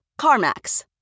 CarMax